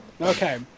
Okay